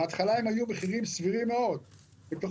בהתחלה הם היו מחירים סבירים מאוד וככל